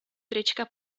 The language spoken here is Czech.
trička